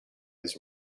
his